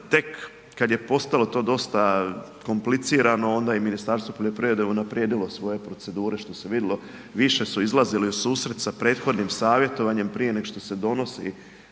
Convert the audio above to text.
Tek kad je postalo to dosta komplicirano, onda je Ministarstvo poljoprivrede unaprijedilo svoje procedure, što se vidjelo, više su izlazili u susret sa prethodnim savjetovanjem prije nego što se donosi